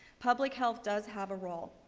public health does have a role.